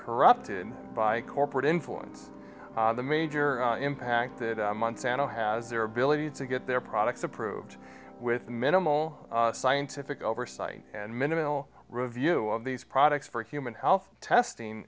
corrupted by corporate influence the major impact that monsanto has their ability to get their products approved with minimal scientific oversight and minimal review of these products for human health testing